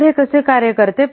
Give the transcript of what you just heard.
तर ते कसे कार्य करते